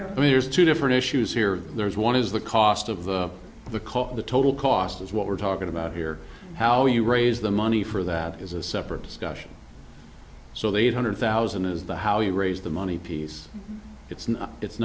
know i mean there's two different issues here there's one is the cost of the the cost of the total cost is what we're talking about here how you raise the money for that is a separate discussion so the eight hundred thousand is the how you raise the money piece it's